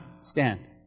Stand